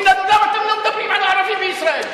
אומרים לנו: למה אתם לא מדברים על הערבים בישראל?